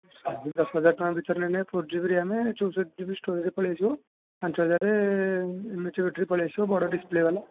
ସେମିତି ଦଶହଜାର ଟଙ୍କା ଭିତରେ ନେଲେ ଫୋର ଜିବି ରାମ ଚଉଷଠି ଜି ବି ଷ୍ଟୋରେଜେ ପଳାଇ ଆସିବ ପାଞ୍ଚହଜାର ଏମ ଏଚ ବ୍ୟାଟେରୀ ପଳାଇ ଆସିବ ବଡ଼ ଡ଼ିସପ୍ଲେ ବାଲା